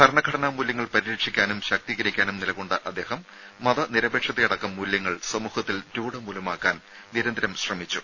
ഭരണഘടനാ മൂല്യങ്ങൾ പരിരക്ഷിക്കാനും ശാക്തീകരിക്കാനും നിലകൊണ്ട അദ്ദേഹം മതനിരപേക്ഷതയടക്കം മൂല്യങ്ങൾ സമൂഹത്തിൽ രൂഢമൂലമാക്കാൻ നിരന്തരം ശ്രമിച്ചു